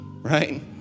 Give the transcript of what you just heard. right